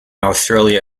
australia